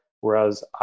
Whereas